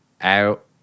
out